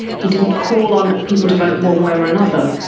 he didn't call on people to vote one way or another,